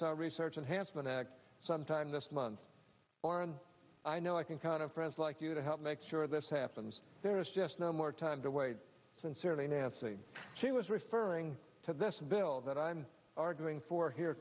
cell research and hansen act sometime this month or and i know i can count of pres like you to help make sure this happens there is just no more time to wait sincerely nancy she was referring to this bill that i'm arguing for here